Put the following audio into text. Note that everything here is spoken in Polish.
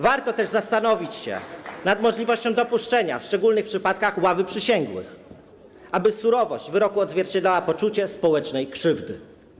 Warto też zastanowić się nad możliwością dopuszczenia w szczególnych przypadkach ławy przysięgłych, aby surowość wyroku odzwierciedlała poczucie społecznej krzywdy.